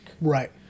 Right